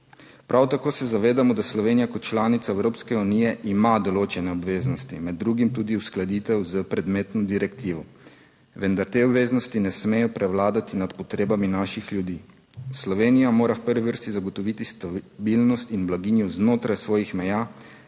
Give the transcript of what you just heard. Prav tako se zavedamo, da Slovenija kot članica Evropske unije ima določene obveznosti, med drugim tudi uskladitev s predmetno direktivo. Vendar te obveznosti ne smejo prevladati nad potrebami naših ljudi. Slovenija mora v prvi vrsti zagotoviti stabilnost in blaginjo znotraj svojih meja,